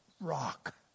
rock